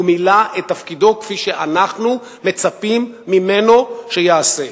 הוא מילא את תפקידו, כפי שאנחנו מצפים ממנו שיעשה,